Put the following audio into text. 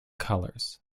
colours